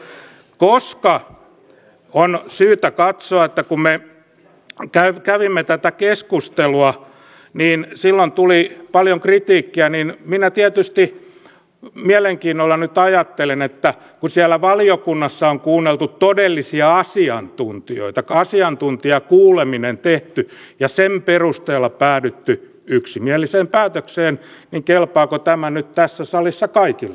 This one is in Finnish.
koska on syytä katsoa että kun me kävimme tätä keskustelua silloin tuli paljon kritiikkiä niin minä tietysti mielenkiinnolla nyt ajattelen että kun siellä valiokunnassa on kuunneltu todellisia asiantuntijoita asiantuntijakuuleminen tehty ja sen perusteella päädytty yksimieliseen päätökseen niin kelpaako tämä nyt tässä salissa kaikille